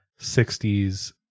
60s